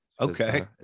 Okay